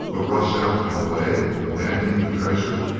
a rush out and away, abandoning the treasure.